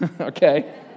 Okay